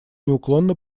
неуклонно